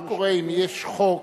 מה קורה אם יש חוק